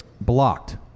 Blocked